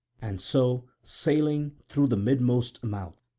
and so, sailing through the midmost mouth,